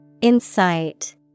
Insight